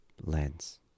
lens